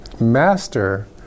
Master